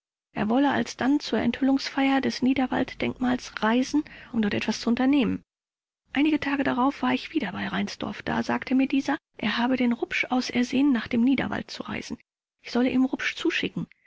er wolle alsdann zur enthüllungsfeier des niederwalddenkmals reisen um dort etwas zu unternehmen einige tage darauf war ich wieder bei reinsdorf da sagte mir dieser er habe den rupsch ausersehen nach dem niederwald zu reisen ich solle ihm rupsch zuschicken